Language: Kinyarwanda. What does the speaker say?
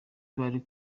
bari